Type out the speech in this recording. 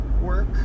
work